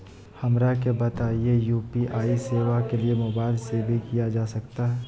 हमरा के बताइए यू.पी.आई सेवा के लिए मोबाइल से भी किया जा सकता है?